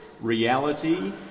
reality